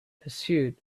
pursuit